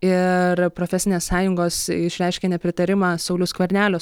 ir profesinės sąjungos išreiškė nepritarimą sauliaus skvernelio